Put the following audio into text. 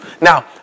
Now